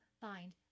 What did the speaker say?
find